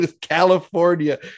california